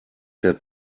der